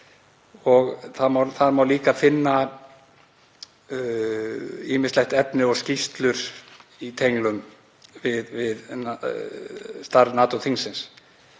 og það má líka finna ýmislegt efni og skýrslur í tengslum við starf NATO-þingsins